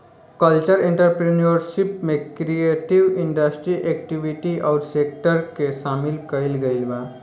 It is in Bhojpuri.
कल्चरल एंटरप्रेन्योरशिप में क्रिएटिव इंडस्ट्री एक्टिविटी अउरी सेक्टर के सामिल कईल गईल बा